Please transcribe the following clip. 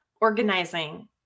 organizing